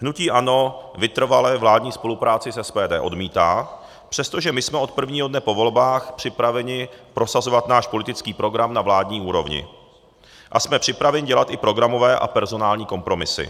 Hnutí ANO vytrvale vládní spolupráci s SPD odmítá, přestože my jsme od prvního dne po volbách připraveni prosazovat náš politický program na vládní úrovni a jsme připraveni dělat i programové a personální kompromisy.